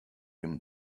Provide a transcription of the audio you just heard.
him